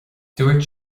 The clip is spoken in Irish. dúirt